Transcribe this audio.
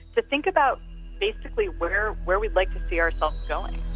to think about basically where where we'd like to see ourselves going.